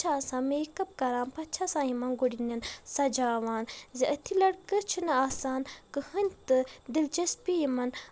پتہٕ چھ آسان میکپ کران پتہٕ چھ آسان یِمن گُڈنٮ۪ن سجاوان زِ أتھی لٔڑکہٕ چھنہٕ آسان کہٕنۍ تہِ دِلچسپی یِمن